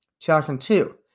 2002